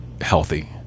healthy